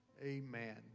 amen